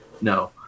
no